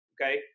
okay